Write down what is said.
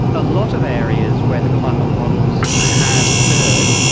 a lot of areas where the climate models have erred,